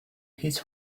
his